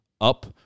Up